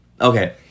okay